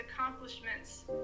accomplishments